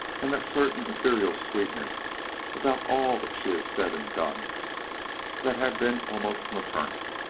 and that certain ethereal sweetness about all that she had said and done that had been almost maternal.